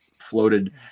floated